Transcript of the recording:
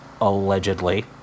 allegedly